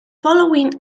following